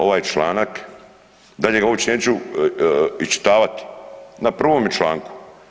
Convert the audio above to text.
Ovaj članak, dalje ga uopće neću iščitavati, na prvome članku.